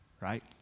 right